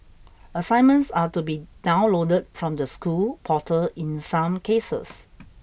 assignments are to be downloaded from the school portal in some cases